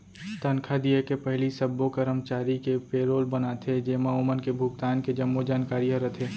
तनखा दिये के पहिली सब्बो करमचारी के पेरोल बनाथे जेमा ओमन के भुगतान के जम्मो जानकारी ह रथे